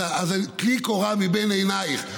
אז טלי קורה מבין עיניך.